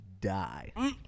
die